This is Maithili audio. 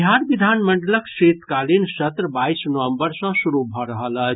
बिहार विधानमंडलक शीतकालीन सत्र बाईस नवम्बर सॅ शुरू भऽ रहल अछि